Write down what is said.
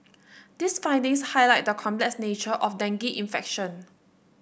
these findings highlight the complex nature of dengue infection